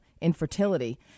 infertility